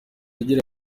agira